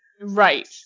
right